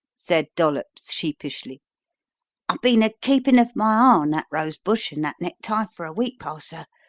said dollops sheepishly. i been a-keepin' of my eye on that rose bush and that necktie for a week past, sir.